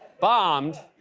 bombed,